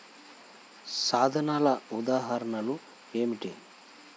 సాధనాల ఉదాహరణలు ఏమిటీ?